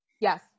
Yes